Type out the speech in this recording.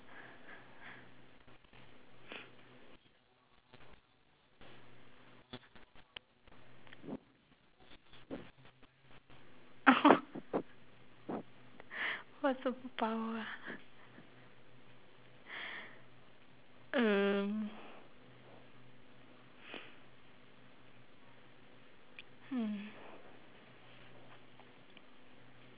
oh what superpower ah um hmm